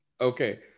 okay